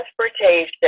transportation